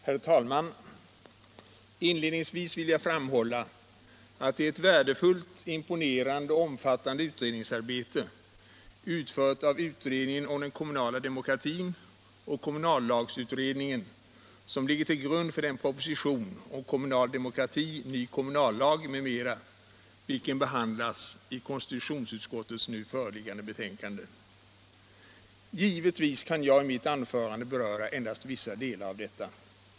Herr talman! Inledningsvis vill jag framhålla att det är ett värdefullt, imponerande och omfattande utredningsarbete, utfört av utredningen om den kommunala demokratin och kommunallagsutredningen, som ligger till grund för den proposition om kommunal demokrati, ny kommunallag m.m., vilken behandlas i konstitutionsutskottets nu förevarande betänkande. Givetvis kan jag i mitt anförande beröra endast vissa delar av detta.